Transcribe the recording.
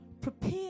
Prepare